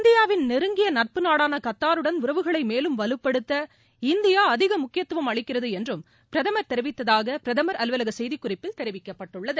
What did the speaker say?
இந்தியாவின் நெருங்கிய நட்பு நாடான கத்தாருடன் உறவுகளை மேலும் வலுப்படுத்த இந்தியா அதிக முக்கியத்துவம் அளிக்கிறது என்றும் பிரதமர் தெரிவித்ததாக பிரதமர் அலுவலக செய்திக்குறிப்பில் தெரிவிக்கப்பட்டுள்ளது